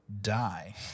die